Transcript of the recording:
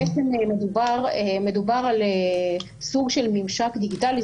בעצם מדובר על סוג של ממשק דיגיטלי,